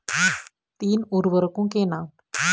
तीन उर्वरकों के नाम?